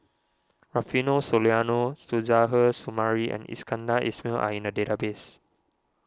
Rufino Soliano Suzairhe Sumari and Iskandar Ismail are in the database